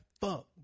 fuck